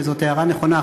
וזאת הערה נכונה,